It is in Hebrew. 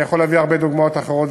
אני יכול להביא הרבה דוגמאות אחרות,